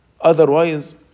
Otherwise